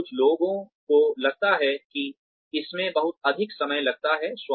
और कुछ लोगों को लगता है कि इसमें बहुत अधिक समय लगता है